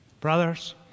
Brothers